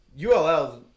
ULL